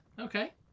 Okay